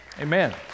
amen